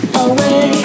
away